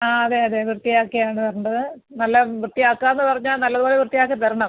ആ അതെ അതെ വൃത്തിയാക്കിയാണ് തരേണ്ടത് നല്ല വൃത്തിയാക്കാന്ന് പറഞ്ഞാൽ നല്ലത് പോലെ വൃത്തിയാക്കി തരണം